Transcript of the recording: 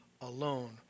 alone